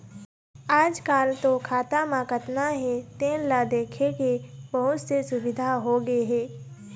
आजकाल तो खाता म कतना हे तेन ल देखे के बहुत से सुबिधा होगे हे